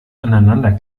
aneinander